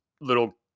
little